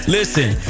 Listen